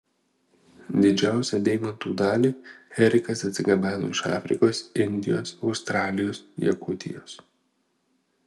didžiausią deimantų dalį erikas atsigabeno iš afrikos indijos australijos jakutijos